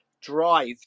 drive